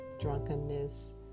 drunkenness